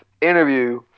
interview